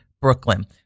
Brooklyn